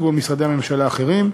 כמו משרדי הממשלה האחרים,